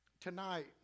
tonight